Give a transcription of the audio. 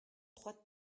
trois